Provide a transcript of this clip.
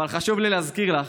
אבל חשוב לי להזכיר לך